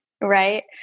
right